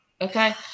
Okay